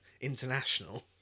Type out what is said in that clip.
international